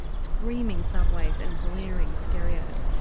screaming subways and blaring stereos.